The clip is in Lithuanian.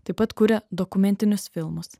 taip pat kuria dokumentinius filmus